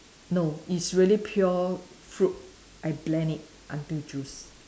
no it's really pure fruit I blend it until juice